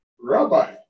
Rabbi